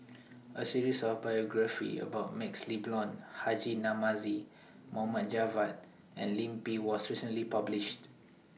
A series of biographies about MaxLe Blond Haji Namazie Mohd Javad and Lim Pin was recently published